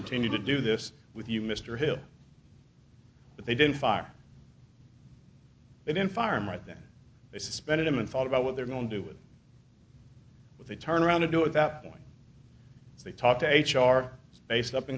continue to do this with you mr hill but they didn't fire it in farm right then they suspended him and thought about what they're going to do with what they turn around to do at that point if they talk to h r it's based up